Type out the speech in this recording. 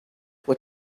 what